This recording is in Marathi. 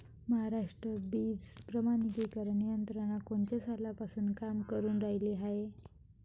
महाराष्ट्रात बीज प्रमानीकरण यंत्रना कोनच्या सालापासून काम करुन रायली हाये?